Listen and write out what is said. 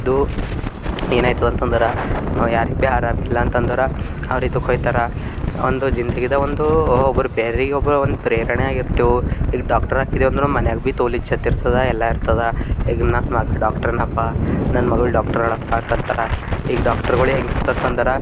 ಇದು ಏನಾಯ್ತದೆ ಅಂತಂದರೆ ಅವ ಯಾರಿಗೆ ಭೀ ಆರಾಮ ಇಲ್ಲ ಅಂತಂದರೆ ಅವ್ರು ಇದಕ್ಕೆ ಹೋಗ್ತಾರ ಒಂದು ಜಿಂದಗಿದಾಗ ಒಂದು ಒಬ್ರಿಗೆ ಬ್ಯಾರಿಯರಿಗೆ ಒಬ್ರು ಒಂದು ಪ್ರೇರಣೆಯಾಗಿರ್ತಿವಿ ಈಗ ಡಾಕ್ಟರ್ ಆಗಿದ್ದೇವಂದ್ರೆ ಮನ್ಯಾಗ ಭೀ ತೋಲ್ ಇಜ್ಜತ್ ಇರ್ತದ ಎಲ್ಲ ಇರ್ತದ ಈಗ ನನ್ನ ಮಗ ಡಾಕ್ಟರ್ ಅದನಪ್ಪ ನನ್ನ ಮಗಳು ಡಾಕ್ಟರ್ ಅದಾಳಪ್ಪ ಅಂತಂತಾರ ಈಗ ಡಾಕ್ಟರ್ಗಳು ಹೆಂಗಿರ್ತದೆ ಅಂತಂದರೆ